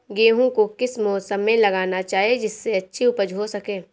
गेहूँ को किस मौसम में लगाना चाहिए जिससे अच्छी उपज हो सके?